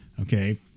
Okay